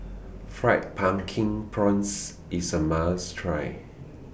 Fried Pumpkin Prawns IS A must Try